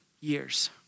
years